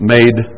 Made